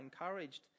encouraged